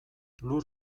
lur